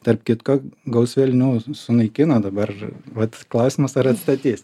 tarp kitko gaus velnių sunaikino dabar vat klausimas ar atstatys